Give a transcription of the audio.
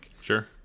Sure